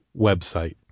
website